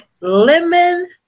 lemon